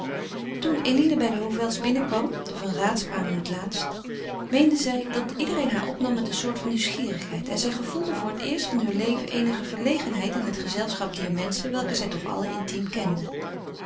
toen eline bij de hovels binnenkwam de van raats kwamen het laatst meende zij dat iedereen haar opnam met een soort van nieuwsgierigheid en zij gevoelde voor het eerst van heur leven eenige verlegenheid in het gezelschap dier menschen welke zij toch allen intiem kende